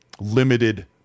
limited